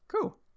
Cool